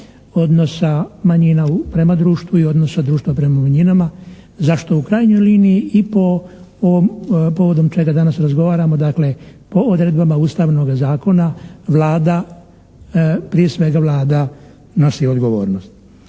odnosa manjina prema društvu i odnosa društva prema manjinama zašto u krajnjoj liniji i po ovom povodom čega danas razgovaramo dakle po odredbama Ustavnoga zakona Vlada, prije svega Vlada nosi odgovornost.